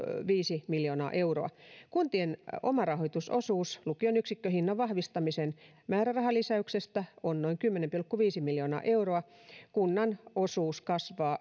viisi miljoonaa euroa kuntien omarahoitusosuus lukion yksikköhinnan vahvistamisen määrärahalisäyksestä on noin kymmenen pilkku viisi miljoonaa euroa kunnan osuus kasvaa